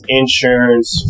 insurance